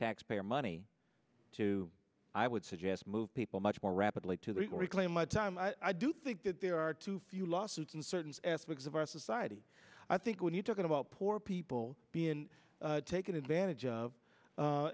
taxpayer money to i would suggest move people much more rapidly to the reclaim my time i do think that there are too few lawsuits in certain aspects of our society i think when you're talking about poor people being taken advantage of